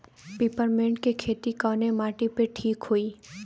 Peppermint के खेती कवने माटी पे ठीक होई?